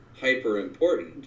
hyper-important